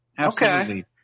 okay